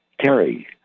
Terry